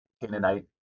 Canaanite